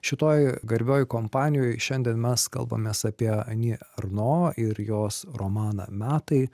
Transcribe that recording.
šitoj garbioj kompanijoj šiandien mes kalbamės apie ani erno ir jos romaną metai